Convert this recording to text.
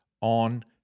on